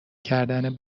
کردن